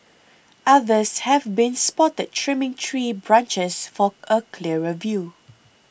others have been spotted trimming tree branches for a clearer view